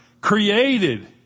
Created